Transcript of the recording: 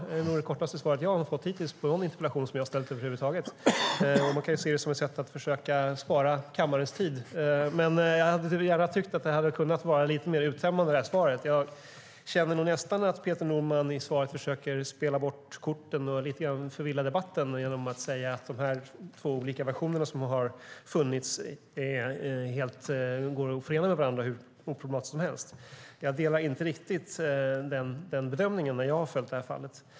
Det var nog det kortaste svar som jag har fått hittills på någon interpellation som jag har ställt över huvud taget. Man kan se det som ett sätt att försöka spara kammarens tid. Men jag tycker att svaret gärna kunde ha varit lite mer uttömmande. Jag känner nästan att Peter Norman i svaret försöker spela bort korten och lite grann förvilla debatten genom att säga att de två olika versioner som har funnits går att förena med varandra hur oproblematiskt som helst. Jag delar inte riktigt den bedömningen, när jag har följt fallet.